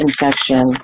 infection